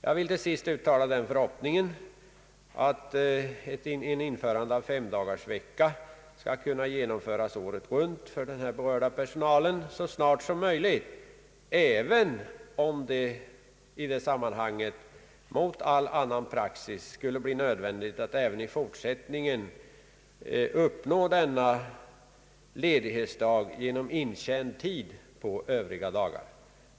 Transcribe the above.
Jag vill till sist uttala förhoppningen att femdagarsvecka skall kunna genomföras året runt för den berörda personalen så snart som möjligt, även om det mot all annan praxis skulle bli nödvändigt att även i fortsättningen vinna denna ledighetsdag genom intjänad tid på övriga dagar.